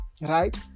right